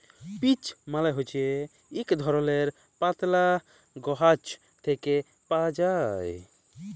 peach মালে হছে ইক ধরলের পাতলা গাহাচ থ্যাকে পাউয়া যায়